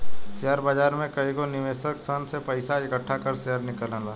share बाजार में कएगो निवेशक सन से पइसा इकठ्ठा कर के शेयर किनला